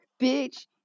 bitch